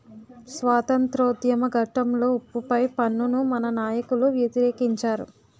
స్వాతంత్రోద్యమ ఘట్టంలో ఉప్పు పై పన్నును మన నాయకులు వ్యతిరేకించారు